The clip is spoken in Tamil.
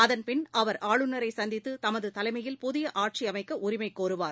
அதன்பின் அவர் ஆளுநரை சந்தித்து தமது தலைமையில் புதிய ஆட்சி அமைக்க உரிமை கோருவார்